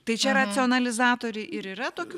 tai čia racionalizatoriai ir yra tokių